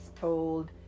told